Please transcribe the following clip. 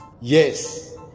Yes